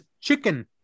chicken